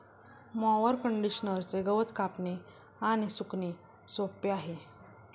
mower कंडिशनरचे गवत कापणे आणि सुकणे सोपे आहे